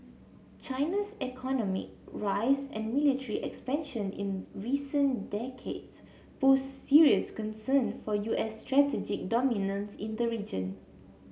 China's economy rise and military expansion in recent decades pose serious concern for U S strategy dominance in the region